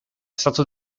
stato